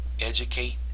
educate